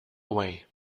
away